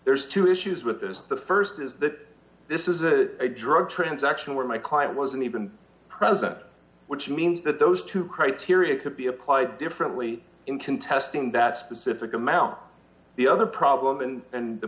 there's two issues with this the st is that this is a drug transaction where my client wasn't even present which means that those two criteria could be applied differently in contesting that specific amount the other problem and